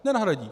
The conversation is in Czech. Nenahradí.